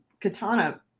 Katana